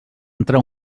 entrar